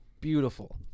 beautiful